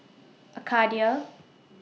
Arcadia